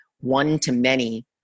one-to-many